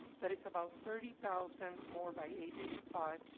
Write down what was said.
that is about thirty thousand more by age eighty five,